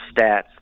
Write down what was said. stats